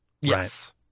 Yes